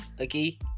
Okay